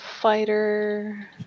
Fighter